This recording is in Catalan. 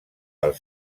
els